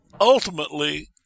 ultimately